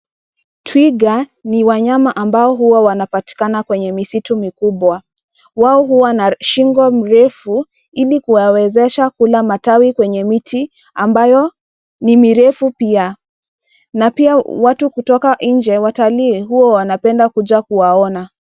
Twiga ni wanyama ambao huwa wanapatikana kwenye misitu mikubwa wao huwa na shingo mrefu ili kuwawezesha kula matawi kwenye miti ambayo ni mirefu pia, na pia watu kutoka nje watalii huwa wanapenda kuja kuwaona.